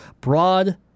broad